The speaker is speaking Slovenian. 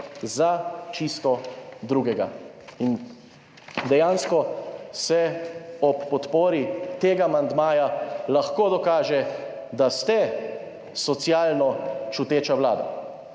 čisto drugega. Dejansko se ob podpori tega amandmaja lahko dokaže, da ste socialno čuteča vlada,